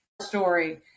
story